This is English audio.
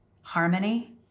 harmony